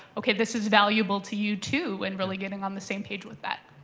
ok, this is valuable to you, too, and really getting on the same page with that.